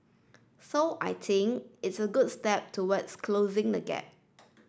so I think it's a good step towards closing the gap